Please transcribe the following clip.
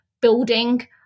building